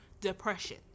depression